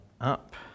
up